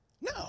No